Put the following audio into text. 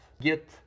Get